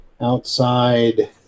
outside